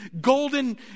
golden